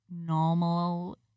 normal